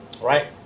right